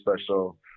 special